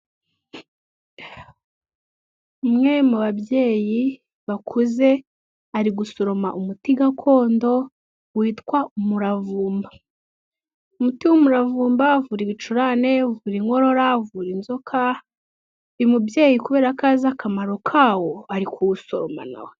Umwe mu babyeyi bakuze ari gusoroma umuti gakondo witwa umuravumba, umuti w'umuravumba uvura ibicurane, uvura inkorora, avura inzoka, uyu mubyeyi kubera ko azi akamaro kawo ari kuwusoroma na we.